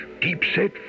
deep-set